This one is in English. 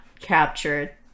capture